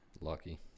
lucky